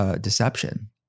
deception